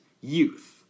youth